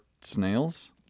snails